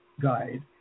guide